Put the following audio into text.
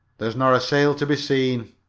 there's not a sail to be seen,